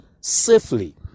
safely